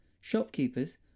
shopkeepers